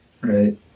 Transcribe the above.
Right